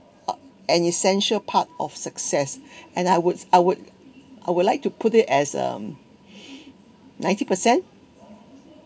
uh an essential part of success and I would I would I would like to put it as um ninety percent